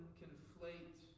conflate